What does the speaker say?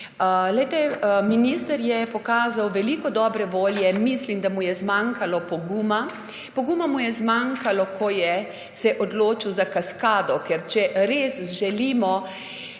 Glejte, minister je pokazal veliko dobre volje. Mislim, da mu je zmanjkalo poguma. Poguma mu je zmanjkalo, ko se je odločil za kaskado. Ker če res želimo